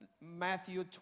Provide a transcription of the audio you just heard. Matthew